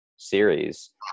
series